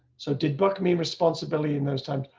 so did book me responsibility in those times,